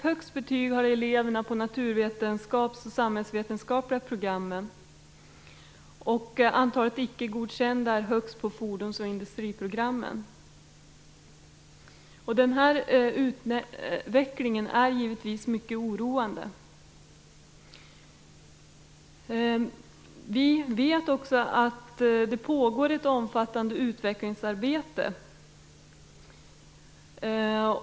Högst betyg har eleverna på de naturvetenskaps och samhällsvetenskapliga programmen. Antalet icke godkända är högst på fordonsoch industriprogrammen. Den här utvecklingen är givetvis mycket oroande. Vi vet att det pågår ett omfattande utvecklingsarbete.